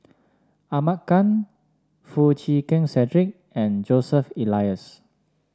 Ahmad Khan Foo Chee Keng Cedric and Joseph Elias